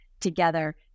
together